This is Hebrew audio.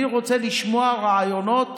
אני רוצה לשמוע רעיונות